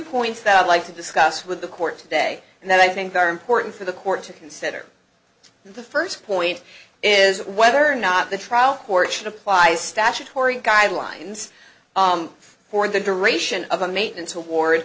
points that i'd like to discuss with the court today and that i think are important for the court to consider the first point is whether or not the trial court should apply statutory guidelines for the duration of a maintenance award